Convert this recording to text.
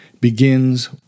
begins